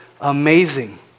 amazing